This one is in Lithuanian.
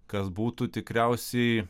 kas būtų tikriausiai